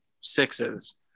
sixes